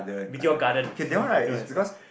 Meteor Garden meteor in the sky